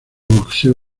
boxeo